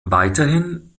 weiterhin